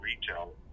retail